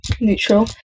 Neutral